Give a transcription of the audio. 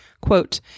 Quote